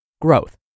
Growth